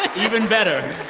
ah even better